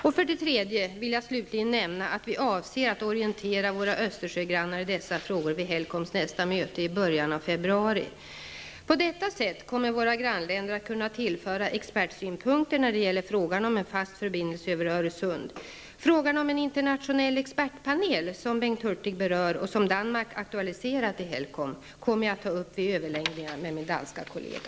Och för det tredje vill jag slutligen nämna att vi avser att orientera våra Östersjögrannar i dessa frågor vid Helcoms nästa möte i början av februari. På detta sätt kommer våra grannländer att kunna tillföra expertsynpunkter när det gäller frågan om en fast förbindelse över Öresund. Frågan om en internationell expertpanel, som Bengt Hurtig berör och som Danmark aktualiserat i Helcom, kommer jag att ta upp vid överläggningar med min danska kollega.